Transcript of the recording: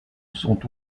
sont